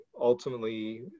ultimately